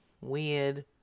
Weird